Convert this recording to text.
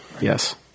yes